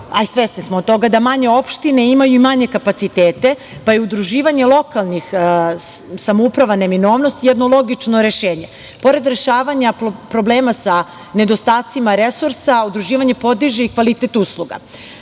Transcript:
svesni smo toga, da manje opštine imaju i manje kapacitete pa je udruživanje lokalnih samouprava neminovnost jedno logično rešenje. Pored rešavanja problema sa nedostacima resursa udruživanje podiže i kvalitet